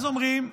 אז אומרים: